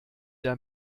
der